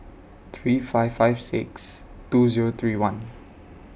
three five five six two Zero three one